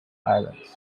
islands